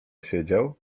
siedział